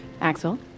Axel